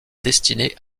destiné